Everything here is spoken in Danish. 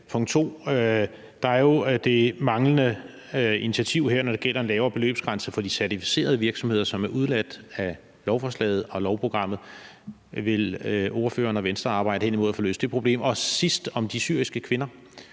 Punkt 2: Der er jo det manglende initiativ her, når det gælder en lavere beløbsgrænse for de certificerede virksomheder, som er udeladt af lovforslaget og lovprogrammet. Vil ordføreren og Venstre arbejde hen mod at få løst det problem? Punkt 3: Endelig drejer